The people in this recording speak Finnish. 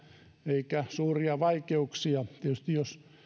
eikä suuria vaikeuksia tietysti jos